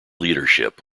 leadership